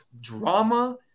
drama